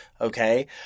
Okay